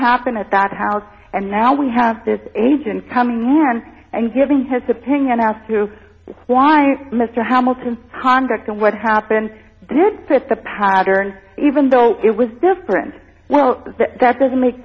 happened at that house and now we have this agent coming in and giving his opinion as to why mr hamilton conduct and what happened did fit the pattern even though it was different well that doesn't make